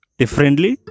differently